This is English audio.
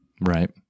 Right